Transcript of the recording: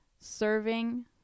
Serving